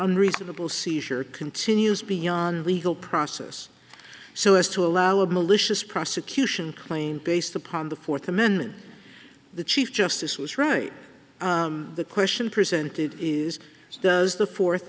from reasonable seizure continues beyond legal process so as to allow a malicious prosecution claim based upon the fourth amendment the chief justice was right the question presented is does the fourth